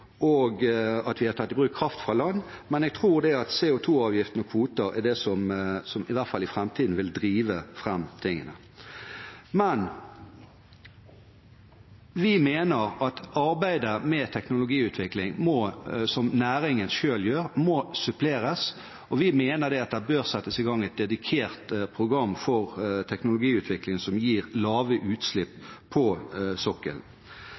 og det at vi har tatt i bruk kraft fra land, men jeg tror at CO2-avgiften og -kvoter er det som i hvert fall i framtiden vil drive fram dette. Men vi mener at arbeidet med teknologiutvikling som næringen selv gjør, må suppleres, og vi mener det bør settes i gang et dedikert program for teknologiutvikling som gir lave utslipp på sokkelen.